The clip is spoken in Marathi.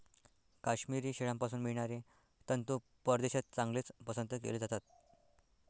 काश्मिरी शेळ्यांपासून मिळणारे तंतू परदेशात चांगलेच पसंत केले जातात